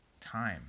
time